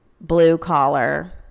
blue-collar